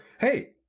Hey